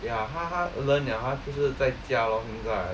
ya 他他 learn 了他就是在家咯现在